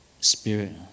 Spirit